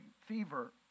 fever